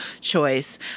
choice